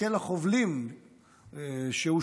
מקל החובלים שהושת,